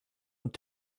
und